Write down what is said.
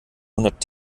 hundert